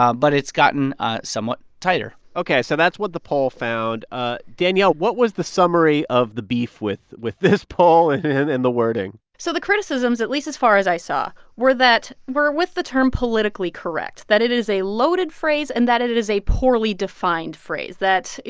um but it's gotten somewhat tighter ok, so that's what the poll found. ah danielle, what was the summary of the beef with with this poll and and the wording? so the criticisms, at least as far as i saw, were that were with the term politically correct, that it is a loaded phrase and that it it is a poorly defined phrase that,